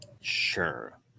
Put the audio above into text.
sure